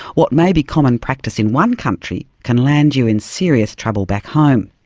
what may be common practice in one country can land you in serious trouble back home.